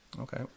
okay